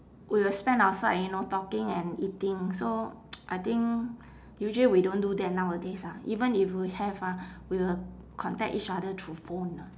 we will spend outside you know talking and eating so I think usually we don't do that nowadays ah even if we have ah we will contact each other through phone ah